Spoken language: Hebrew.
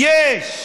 יש,